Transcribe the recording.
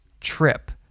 trip